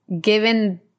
given –